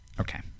Okay